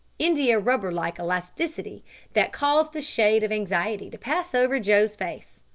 indiarubber-like elasticity that caused a shade of anxiety to pass over joe's face.